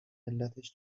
علتش